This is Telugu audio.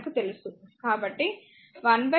కాబట్టి 14 1